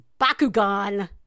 Bakugan